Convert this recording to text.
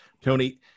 Tony